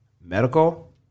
medical